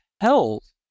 health